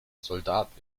soldat